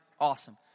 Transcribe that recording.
awesome